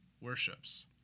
worships